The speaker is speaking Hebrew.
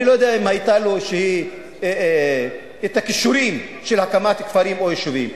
אני לא יודע אם היו לו כישורים להקמת כפרים או יישובים,